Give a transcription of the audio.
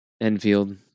Enfield